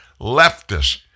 leftists